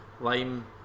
lime